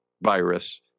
virus